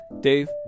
Dave